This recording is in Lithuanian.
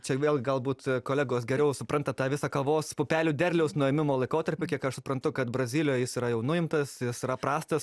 čia vėl galbūt kolegos geriau supranta tą visą kavos pupelių derliaus nuėmimo laikotarpį kiek aš suprantu kad brazilijoj jis yra jau nuimtas jis yra prastas